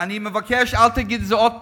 אני מבקש, אל תגיד את זה עוד פעם,